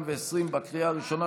בקריאה הראשונה,